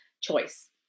choice